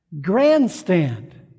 grandstand